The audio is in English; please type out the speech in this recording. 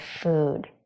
food